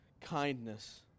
kindness